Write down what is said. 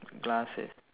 glass is